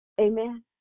Amen